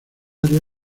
área